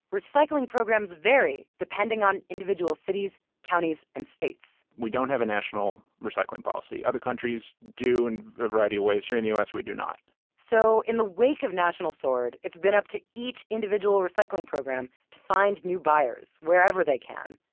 recycling programs vary depending on individual cities, counties, and states. we don't have a national recycling policy. other countries do in a variety of ways. here in the us we do not so in the wake of national sword, it's been up to each individual recycling program to find new buyers, wherever they can.